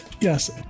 Yes